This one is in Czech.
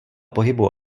pohybu